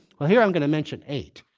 well here, i'm going to mention eight.